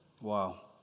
Wow